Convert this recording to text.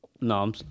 No